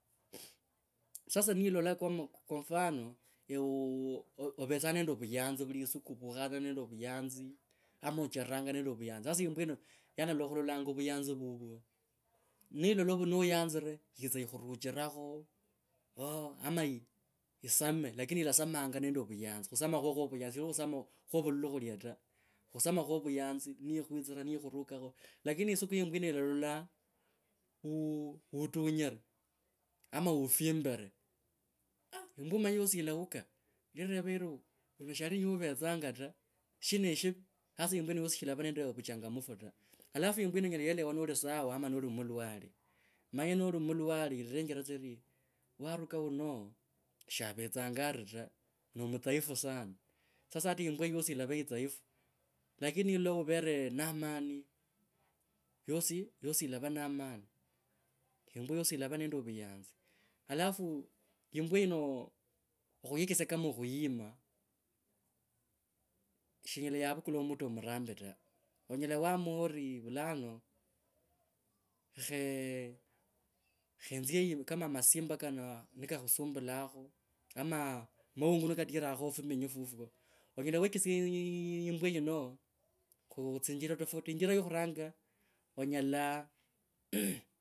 Sasa niwilala kama kwa mfano, ewe oo avetsanga nende vuyanzi vuli suku ovukha tsa nende vuyanzi ama achereranga nende vuyanzi. Sasa yimbwa yino yanela khulolanga vuyanzi vuvwo, nilola noyanzre, yitsa ikhuruchirakho ooh ama yisame lakini ilasamanga nende vuyanzi. Khusoma khwa vuyanzi nikhwitsira nikhurukakho, lakini suku ye yimbwa yino yilalola u tunyre ama ufimbre aah! Yimbwa omanye yosi yilaukha ilereva eri uno shali uvetsanga ta shina eshiviri? Itasa yimbwa yino yosi shilava nende vuchangamfu ta. Alafu yino yinyela yelewa noli mulwale eralenjera tsa eri waruka wuno shavetsanga ari ta, no mdhaifu sana. Shasa ata yimbwa yosi ilava idhaifu. Lkaini nilola uvere na mani, yosi yosi ilava na mani. Yimbwa yosi ilave nende vuyanzi. Alafu yimbwa yino, khwikesia kama khuyima, shinyela yavukua muta murambi ta. onyea waamua ori vulano. Khe, khonzye kama eyi masimba kano nikakhusumbulakho ama maungu nikatirakho fuminywi futo. Onyela wekisia yimbwa yino khutsinjira tofauti injira yakhuranga onyela